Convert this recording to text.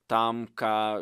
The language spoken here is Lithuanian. tam ką